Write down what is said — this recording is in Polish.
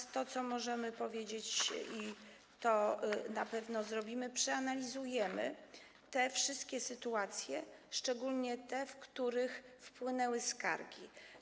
I to, co możemy powiedzieć i co na pewno zrobimy: przeanalizujemy te wszystkie sytuacje, szczególnie te, w których wpłynęły skargi.